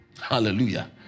Hallelujah